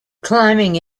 climbing